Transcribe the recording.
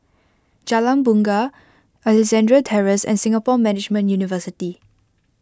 Jalan Bungar Alexandra Terrace and Singapore Management University